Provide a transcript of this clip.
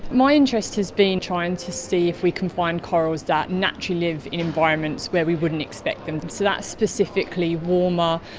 my interest has been trying to see if we can find corals that naturally live in environments where we wouldn't expect them, so that's specifically warmer,